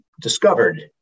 discovered